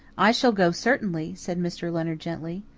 i shall go, certainly, said mr. leonard gently.